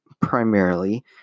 primarily